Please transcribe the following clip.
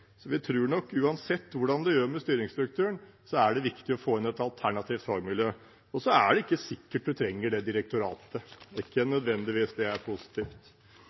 Vi tror at uansett hvordan man gjør det med styringsstrukturen, er det viktig å få inn et alternativt fagmiljø. Så er det ikke sikkert at man trenger det direktoratet – det er ikke nødvendigvis positivt. Det